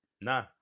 Nah